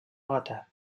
gotha